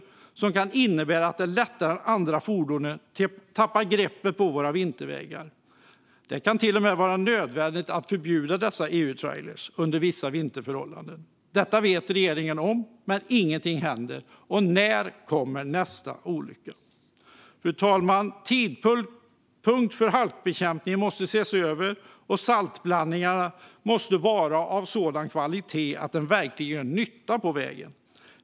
Allt detta kan innebära att de lättare än andra fordon tappar greppet på våra vintervägar. Det kan till och med vara nödvändigt att förbjuda dessa EU-trailrar under vissa vinterförhållanden. Det här känner regeringen till, men ingenting händer. När kommer nästa olycka? Fru talman! Tidpunkt för halkbekämpning måste ses över, och saltblandningarna måste vara av sådan kvalitet att de verkligen gör nytta på vägen.